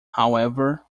however